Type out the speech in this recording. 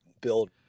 build